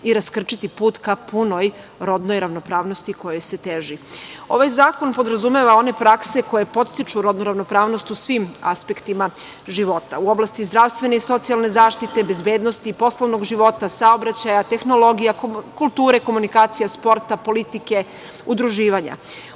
i raskrčiti put ka punoj rodnoj ravnopravnosti kojoj se teži. Ovaj zakon podrazumeva one prakse koje podstiču rodnu ravnopravnost u svim aspektima života, u oblasti zdravstvene i socijalne zaštite, bezbednosti, poslovnog života, saobraćaja, tehnologija, kulture komunikacija, sporta, politike, udruživanja.